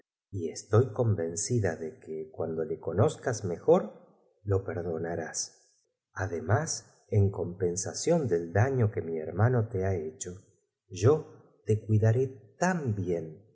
y estoy convencida de que j cuando le conozcas mejor lo perdonarás c además en compensación del daño que mi hermano te ha hecho yo te cuidaré tan bien